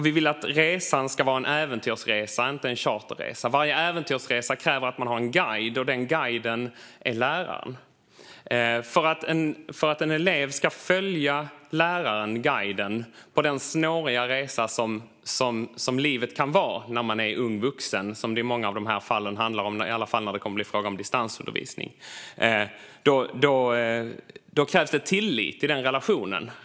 Vi vill att resan ska vara en äventyrsresa och inte en charterresa. Varje äventyrsresa kräver att man har en guide, och den guiden är läraren. För att en elev ska följa läraren, eller guiden, på den snåriga resa som livet kan vara när man är ung vuxen - vilket det i många av dessa fall handlar om, i alla fall när det blir fråga om distansundervisning - krävs det tillit i relationen.